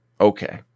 Okay